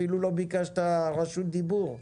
אפילו לא ביקשת רשות דיבור,